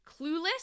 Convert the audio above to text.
clueless